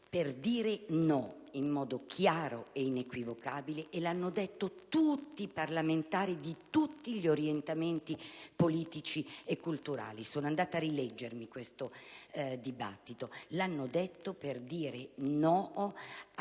per dire no in modo chiaro ed inequivocabile, come hanno affermato i parlamentari di tutti gli orientamenti politici e culturali. Sono andata a rileggermi il dibattito: lo hanno stabilito per dire no a quelle